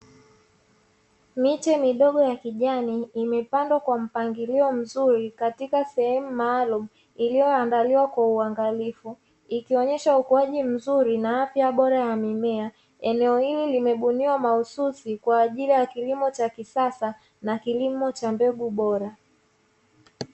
Miche midogo ya kijani imepandwa kwa mpangilo mzuri, katika sehemu maalumu iliyoandaliwa kwa uangalifu. Ikionyesha ukuaji mzuri na afya bora ya mimea. Eneo hili limebuniwa mahususi kwa ajili ya kilimo cha kisasa, na kilimo cha mbegu bora.